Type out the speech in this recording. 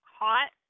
hot